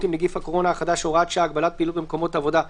עם נגיף הקורונה החדש (הוראת שעה) (הגבלת פעילות במקומות עבודה),